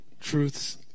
truths